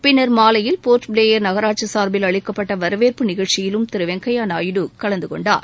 பின்னர் மாலையில் போர்ட்பிளேயர் நகராட்சி சார்பில் அளிக்கப்பட்ட வரவேற்பு நிகழ்ச்சியிலும் திரு வெங்கய்யா நாயுடு கலந்துகொண்டார்